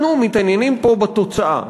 אנחנו מתעניינים פה בתוצאה.